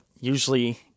usually